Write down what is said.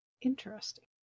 Interesting